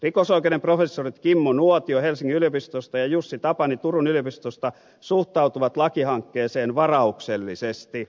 rikosoikeuden professorit kimmo nuotio helsingin yliopistosta ja jussi tapani turun yliopistosta suhtautuvat lakihankkeeseen varauksellisesti